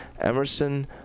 Emerson